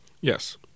Yes